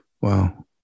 Wow